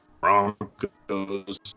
Broncos